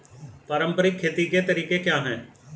पारंपरिक खेती के तरीके क्या हैं?